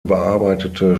überarbeitete